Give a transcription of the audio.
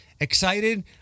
excited